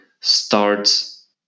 starts